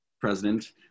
president